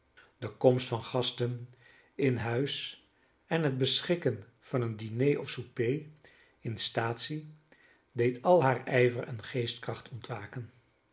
de komst van gasten in huis en het beschikken van een diner of souper in staatsie deed al haar ijver en geestkracht ontwaken